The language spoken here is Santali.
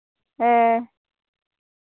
ᱦᱮᱸ